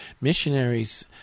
missionaries